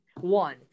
one